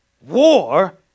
War